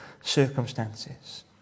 circumstances